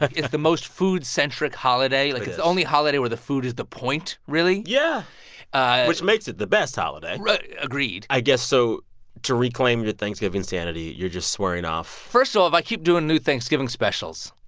it's the most food-centric holiday like, it's the only holiday where the food is the point, really yeah which makes it the best holiday agreed i guess, so to reclaim thanksgiving insanity, you're just swearing off. first of all, if i keep doing new thanksgiving specials,